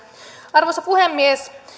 arvoisa puhemies